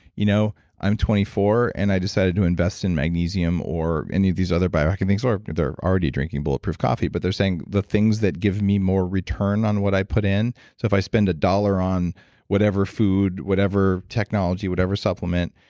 you know i'm twenty four and i decided to invest in magnesium or any of these other biohacking things or they're already drinking bulletproof coffee. but they're saying the things that give me more return on what i put in so if i spend a dollar on whatever food, whatever technology, whatever supplement,